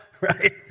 right